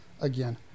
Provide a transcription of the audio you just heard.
again